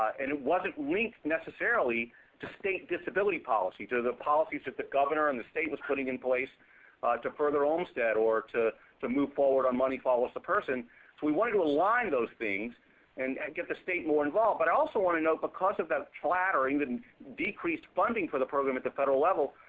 and it wasn't linked necessarily to state disability policy, to the policies that the governor and the state was putting in place to further olmstead, or to to move forward on money follows the person. so we wanted to align those things and get the state more involved. but i also want to note, because of that clattering, that and decreased funding for the program at the federal level,